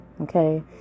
okay